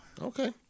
Okay